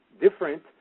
different